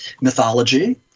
mythology